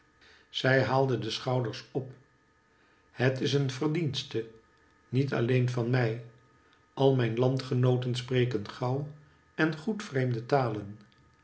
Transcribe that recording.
zij haalde de schouders op het is een verdienste niet alleen van mij al mijn landgenooten spreken gauw en goed vreemde talen